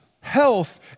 health